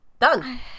Done